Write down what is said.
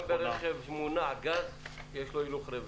גם רכב מונע גז, יש לו הילוך רוורס.